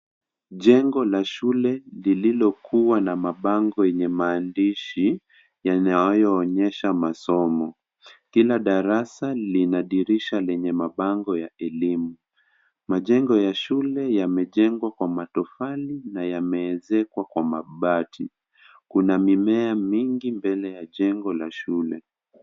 Jengo la shule lililokuwa na mabango yenye maandishi yanayoonyesha masomo kila darasa lina dirisha lenye mabango ya elimu majengo ya shule yamejengwa kwa matofali na yameezekwa kwa mabati kuna mimea mengi mbele ya jengo ya shule.